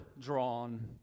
drawn